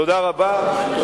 תודה רבה.